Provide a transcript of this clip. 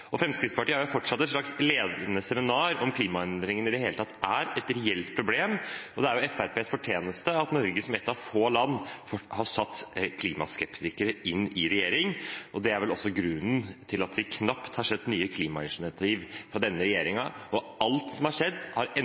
fortsatt et slags ledende seminar om hvorvidt klimaendringene i det hele tatt er et reelt problem. Og det er vel Fremskrittspartiets fortjeneste at Norge som ett av få land har satt klimaskeptikere inn i regjering. Det er vel også grunnen til at vi knapt har sett nye klimainitiativ fra denne regjeringen. Alt som har skjedd, har